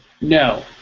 No